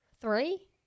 three